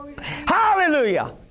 Hallelujah